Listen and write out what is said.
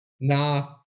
nah